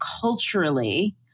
culturally